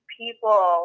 people